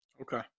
Okay